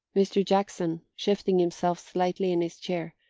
mr. jackson, shifting himself slightly in his chair,